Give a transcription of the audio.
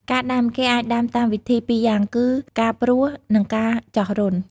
ការដាំ គេអាចដាំតាមវិធីពីរយ៉ាងគឺ ការព្រោះ និងការចោះរន្ធ។